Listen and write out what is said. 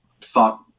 thought